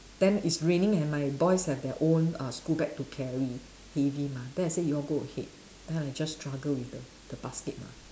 then it's raining and my boys have their own uh school bag to carry heavy mah then I say you all go ahead then I just struggle with the the basket mah